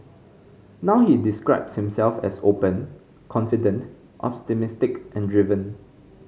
now he describes himself as open confident optimistic and driven